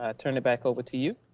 ah turn it back over to you.